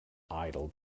idle